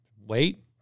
wait